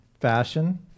fashion